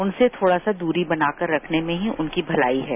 उनसे थोड़ा सा दूरी बनाकर रखने में ही उनकी भलाई है